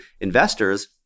investors